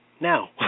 now